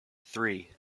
three